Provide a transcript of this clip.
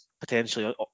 potentially